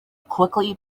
quickly